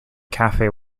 cafe